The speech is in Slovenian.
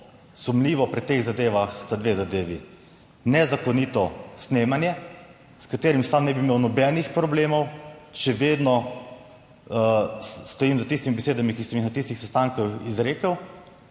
sumljivo pri teh zadevah sta dve zadevi, nezakonito snemanje, s katerim sam ne bi imel nobenih problemov, še vedno stojim za tistimi besedami, ki sem jih na tistih sestankih izrekel.